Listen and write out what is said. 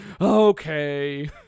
okay